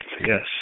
Yes